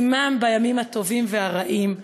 עמם בימים הטובים והרעים,